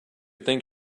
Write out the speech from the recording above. think